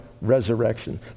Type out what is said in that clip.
resurrection